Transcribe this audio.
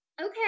okay